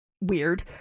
weird